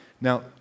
Now